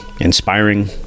inspiring